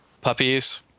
puppies